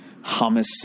hummus